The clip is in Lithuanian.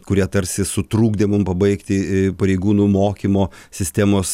kurie tarsi sutrukdė mum pabaigti pareigūnų mokymo sistemos